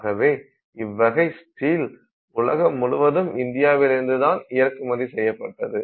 ஆகவே இவ்வகை ஸ்டீல் உலகம் முழுவதும் இந்தியாவிலிருந்து தான் இறக்குமதி செய்யப்பட்டது